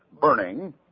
burning